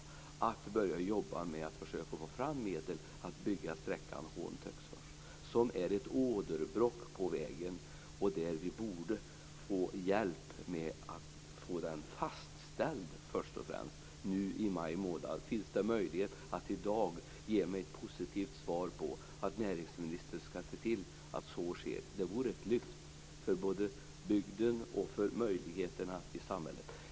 Då kan vi börja arbeta med att ta fram medel för att bygga sträckan Hån-Töcksfors, som är ett åderbråck på vägen. Där borde vi få hjälp med att först och främst få det fastställt nu i maj. Finns det möjlighet att i dag ge mig ett positivt svar, att näringsministern skall se till att så sker? Det vore ett lyft för både bygden och möjligheterna i samhället.